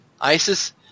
Isis